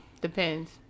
Depends